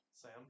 Sam